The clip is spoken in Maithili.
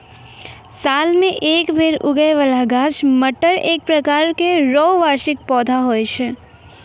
साल मे एक बेर उगै बाला गाछ मटर एक प्रकार रो वार्षिक पौधा हुवै छै